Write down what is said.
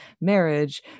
marriage